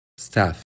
Staff